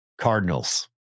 Cardinals